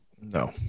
No